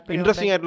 Interesting